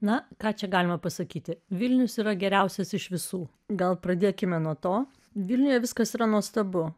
na ką čia galima pasakyti vilnius yra geriausias iš visų gal pradėkime nuo to vilniuje viskas yra nuostabu